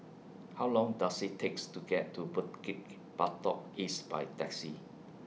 How Long Does IT takes to get to Bukit Batok East By Taxi